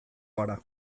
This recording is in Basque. gara